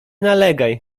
nalegaj